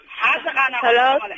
Hello